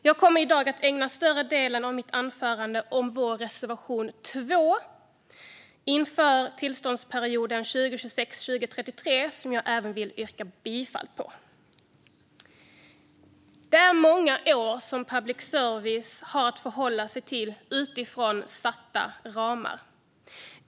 Jag kommer i dag att ägna större delen av mitt anförande åt vår reservation 2 - Inför tillståndsperioden 2026-2033 - som jag vill yrka bifall till. Det är många år som public service har att förhålla sig till utifrån satta ramar.